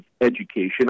education